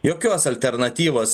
jokios alternatyvos